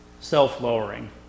self-lowering